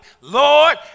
Lord